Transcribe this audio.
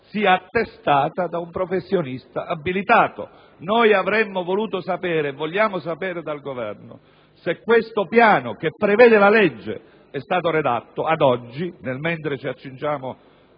sia attestata da un professionista abilitato. Avremmo voluto sapere e vogliamo sapere dal Governo se il piano previsto dalla legge è stato redatto ad oggi mentre ci accingiamo